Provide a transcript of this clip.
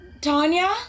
Tanya